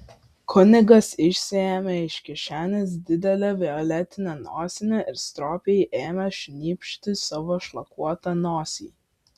kunigas išsiėmė iš kišenės didelę violetinę nosinę ir stropiai ėmė šnypšti savo šlakuotą nosį